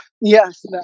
yes